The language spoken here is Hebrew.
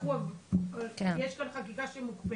יש כאן חקיקה שמוקפאת,